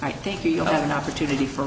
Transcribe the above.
i think we'll have an opportunity for